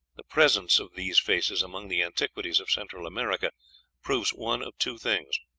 the presence of these faces among the antiquities of central america proves one of two things,